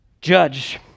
judge